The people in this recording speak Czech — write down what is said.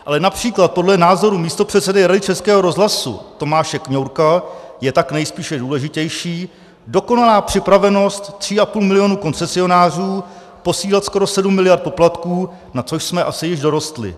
Ale například podle názoru místopředsedy Rady Českého rozhlasu Tomáše Kňourka je tak nejspíše důležitější dokonalá připravenost 3,5 milionu koncesionářů posílat skoro 7 miliard poplatků, na což jsme asi již dorostli.